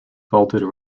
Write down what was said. vaulted